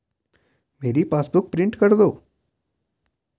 मेरी passbook print कर दो